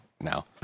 now